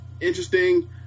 interesting